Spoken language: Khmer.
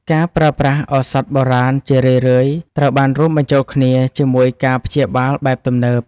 ការប្រើប្រាស់ឱសថបុរាណជារឿយៗត្រូវបានរួមបញ្ចូលគ្នាជាមួយការព្យាបាលបែបទំនើប។